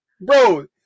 bro